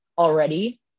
already